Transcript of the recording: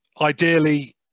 ideally